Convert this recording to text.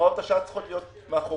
שהוראות השעה צריכות להיות מאחורינו